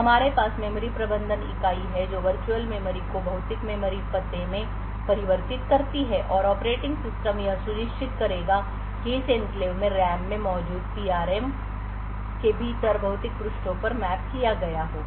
तो हमारे पास मेमोरी प्रबंधन इकाई है जो वर्चुअल मेमोरी को भौतिक मेमोरी पते में परिवर्तित करती है और ऑपरेटिंग सिस्टम यह सुनिश्चित करेगा कि इस एन्क्लेव में रैम में मौजूद PRM के भीतर भौतिक पृष्ठों पर मैप किया गया हो